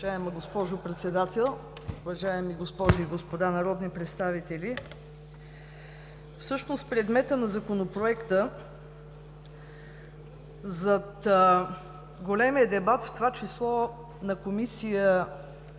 Уважаема госпожо Председател, уважаеми госпожи и господа народни представители! Всъщност предметът на Законопроекта, зад големия дебат, в това число на Комисия,